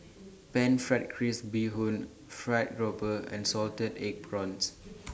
Pan Fried Crispy Bee Hoon Fried Grouper and Salted Egg Prawns